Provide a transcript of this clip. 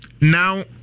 Now